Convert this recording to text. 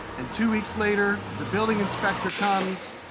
and two weeks later, the building inspector comes.